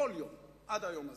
כל יום עד היום הזה.